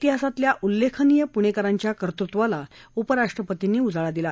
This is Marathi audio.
तिहासातल्या उल्लेखनीय पुणेकरांच्या कर्तृत्वाला उपराष्ट्रपतींनी उजाळा दिला